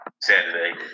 Saturday